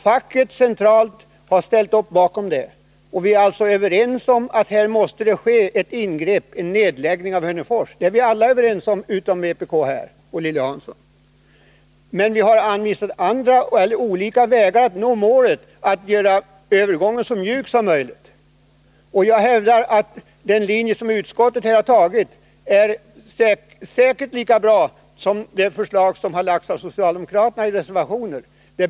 Facket centralt har ställt . upp bakom den. Vi är alltså överens om att det måste ske ett ingrepp, en nedläggning av Hörnefors. Det är alla överens om, utom vpk och Lilly Hansson. Men vi har anvisat andra vägar att nå målet: att göra övergången så mjuk som möjligt. Jag hävdar att den väg som utskottet här har angivit är lika bra som den som föreslagits i de socialdemokratiska reservationerna.